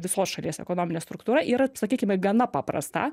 visos šalies ekonominė struktūra yra sakykime gana paprasta